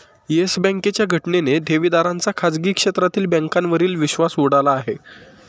yes बँकेच्या घटनेने ठेवीदारांचा खाजगी क्षेत्रातील बँकांवरील विश्वास उडाला आहे